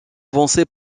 avancée